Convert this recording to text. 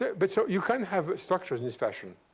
but so you can have structures in this fashion.